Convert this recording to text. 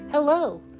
Hello